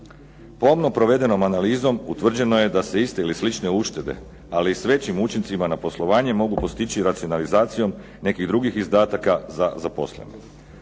Pomno provedenom analizom utvrđeno je da se iste ili slične uštede, ali i s većim učincima na poslovanje mogu postići racionalizacijom nekih drugih izdataka za zaposlene.